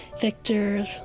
Victor